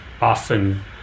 often